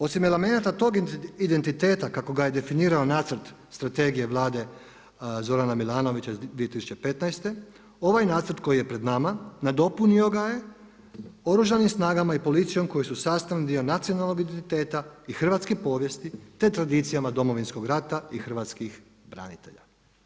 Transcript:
Osim elemenata tog identiteta kako ga je definirao nacrt strategije Vlade Zorana Milanovića iz 2015., ovaj nacrt koji je pred nama nadopunio ga je Oružanim snagama i policijom koji su sastavni dio nacionalnog identiteta i hrvatske povijesti te tradicijama Domovinskog rata i hrvatskih branitelja.